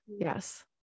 Yes